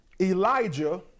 Elijah